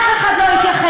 אף אחד לא התייחס?